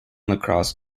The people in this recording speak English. lacrosse